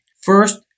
First